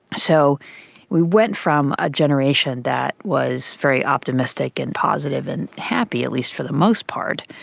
so we went from a generation that was very optimistic and positive and happy, at least for the most part,